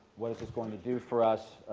what is this going to do for us,